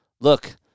Look